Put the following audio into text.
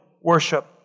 worship